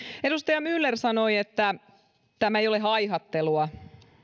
edustaja myller sanoi että tämä ei ole haihattelua